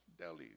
Delhi